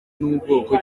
n’ubwonko